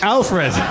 Alfred